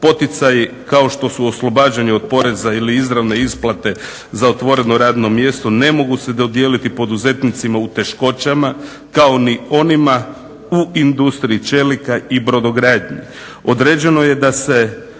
poticaji kao što su oslobađanje od poreza ili izravne isplate za otvoreno radno mjesto ne mogu se dodijeliti poduzetnicima u teškoćama kao ni onima u industriji čelika i brodogradnji.